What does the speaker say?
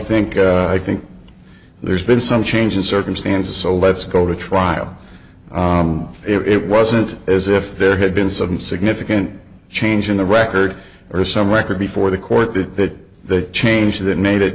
think i think there's been some change in circumstances so let's go to trial it wasn't as if there had been some significant change in the record or some record before the court that the change that made it